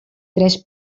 tres